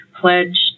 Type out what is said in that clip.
pledged